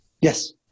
Yes